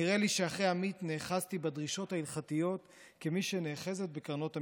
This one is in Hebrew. "נראה לי שאחרי עמית נאחזתי בדרישות ההלכתיות כמי שנאחזת בקרנות המזבח.